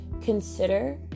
consider